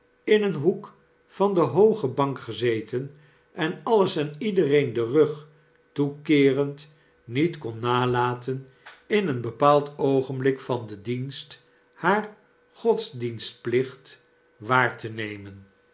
in een hoek van de hooge bank gezeten en alles en iedereen den rug toekeerend niet kon nalaten in een bepaald oogenblik van den dienst haar godsdienstplicht waar te nemen